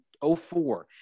04